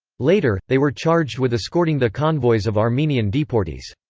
later, they were charged with escorting the convoys of armenian deportees.